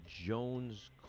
Jones